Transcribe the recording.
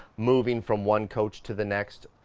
moving from one coach to the next.